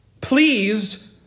pleased